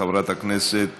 חברת הכנסת כהן-פארן,